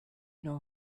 know